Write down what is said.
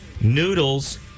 noodles